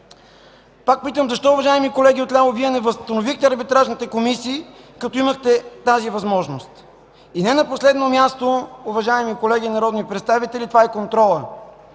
Пак питам: защо, уважаеми колеги от ляво, Вие не възстановихте арбитражните комисии, като имахте тази възможност? И не на последно място, уважаеми колеги народни представители, това е контролът.